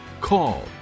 call